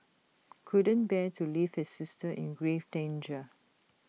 couldn't bear to leave his sister in grave danger